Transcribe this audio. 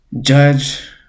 judge